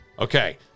Okay